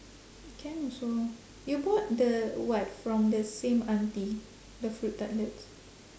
can also you bought the what from the same auntie the fruit tartlets